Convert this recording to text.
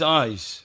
eyes